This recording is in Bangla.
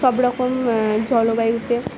সব রকম জলবায়ুতে